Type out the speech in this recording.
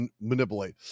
Manipulate